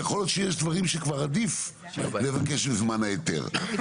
יכול להיות שיש דברים שכבר עדיף לבקש בזמן ההיתר.